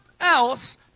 else